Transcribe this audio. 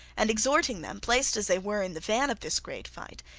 and exhorting them, placed as they were in the van of this great fight,